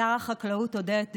שר החקלאות עודד פורר,